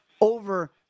over